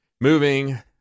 moving